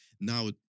now